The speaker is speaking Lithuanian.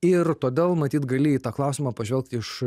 ir todėl matyt gali į tą klausimą pažvelgt iš